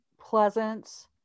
pleasant